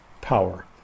power